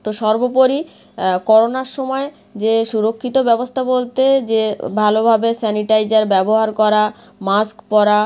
তো সর্বোপরি করোনার সময় যে সুরক্ষিত ব্যবস্থা বলতে যে ভালোভাবে স্যানিটাইজার ব্যবহার করা মাস্ক পরা